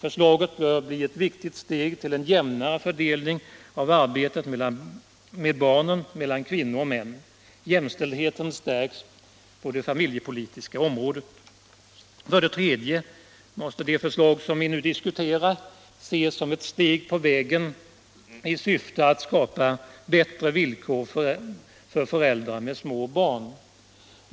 Förslaget bör bli ett viktigt steg mot en jämnare fördelning av arbetet med barnen mellan kvinnor och män. Jämställdheten stärks på det familjepolitiska området. 3. Det förslag vi nu diskuterar måste ses som ett steg på vägen i syfte att skapa bättre villkor för föräldrar med små barn.